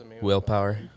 willpower